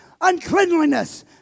uncleanliness